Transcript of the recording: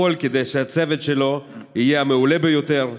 הכול כדי שהצוות שלו יהיה המעולה ביותר,